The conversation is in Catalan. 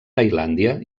tailàndia